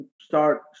start